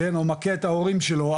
או מכה את ההורים שלו,